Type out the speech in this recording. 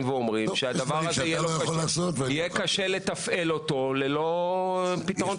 ואומרים שיהיה קשה לתפעל את הדבר הזה ללא פתרון תקציבי.